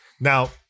Now